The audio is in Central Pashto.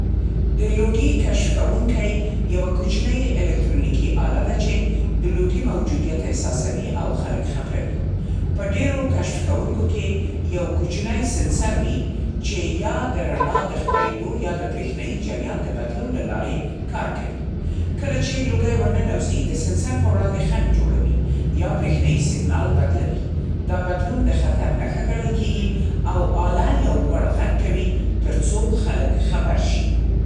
ن د لوګي کشف کوونکی یوه کوچنۍ الکترونیکي آله ده چې د لوګي موجودیت احساسوي او خلک خبروي. په ډېرو کشف کوونکو کې یو کوچنی سینسر وي چې یا د رڼا د خپرېدو یا د برېښنايي جریان بدلون له لارې کار کوي. کله چې لوګی ورننوزي، د سینسر پر وړاندې خنډ جوړوي یا برېښنايي سیګنال بدلوي. دا بدلون د خطر نښه ګڼل کېږي او آله یو لوړ غږ کوي تر څو خلک خبر شي.